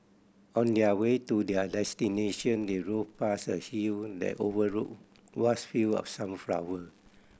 on their way to their destination they drove past a hill that overlooked vast field of sunflower